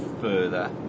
further